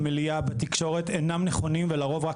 במליאה ובתקשורת אינם נכונים ולרוב רק